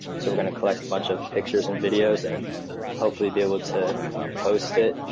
so we're gonna collect a bunch of pictures and videos and hopefully be able to post it,